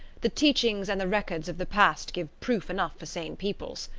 the teachings and the records of the past give proof enough for sane peoples.